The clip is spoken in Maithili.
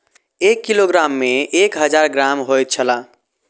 एक किलोग्राम में एक हजार ग्राम होयत छला